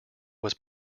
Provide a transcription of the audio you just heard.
was